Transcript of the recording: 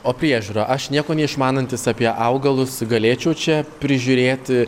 o priežiūra aš nieko neišmanantis apie augalus galėčiau čia prižiūrėti